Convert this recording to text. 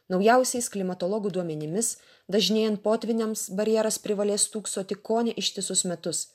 naujausiais klimatologų duomenimis dažnėjant potvyniams barjeras privalės stūksoti kone ištisus metus